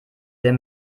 der